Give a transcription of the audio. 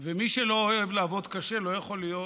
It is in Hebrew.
ומי שלא אוהב לעבוד קשה לא יכול להיות